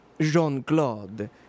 Jean-Claude